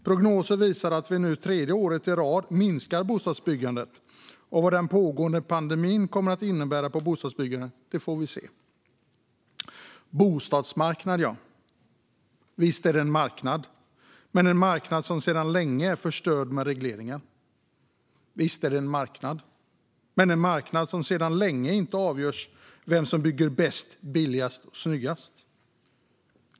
Prognoser visar att vi nu för tredje året i rad minskar bostadsbyggandet, och vad den pågående pandemin kommer att innebära för bostadsbyggandet får vi se. Bostadsmarknad ja. Visst är det en marknad, men en marknad som sedan länge är förstörd av regleringar. Visst är det en marknad, men en marknad som sedan länge inte avgörs av vem som bygger bäst, billigast och snyggast.